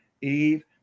Eve